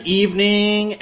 evening